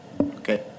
Okay